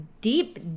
deep